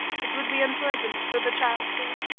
it would be unpleasant for the child here,